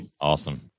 Awesome